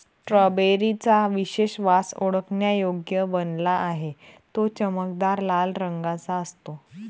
strawberry चा विशेष वास ओळखण्यायोग्य बनला आहे, तो चमकदार लाल रंगाचा असतो